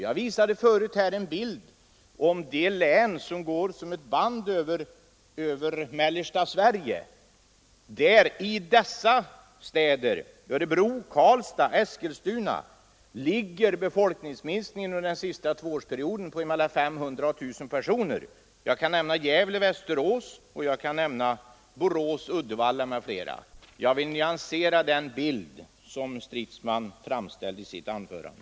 Jag visade förut en bild som gav vid handen att det i de län som går som ett band över mellersta Sverige under den senaste tvåårsperioden har förekommit en folkminskning i primära centra — Örebro, Karlstad, Eskilstuna — vilken uppgått till mellan 500 och 1 000 personer. Jag kan också nämna Gävle, Västerås, Borås, Uddevalla, m.fl. Jag har alltså velat nyansera den bild som herr Stridsman gav i sitt anförande.